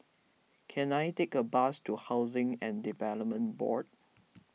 can I take a bus to Housing and Development Board